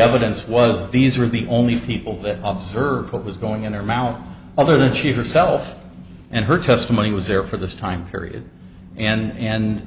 evidence was these are the only people that observed what was going in their mouth other than she herself and her testimony was there for this time period and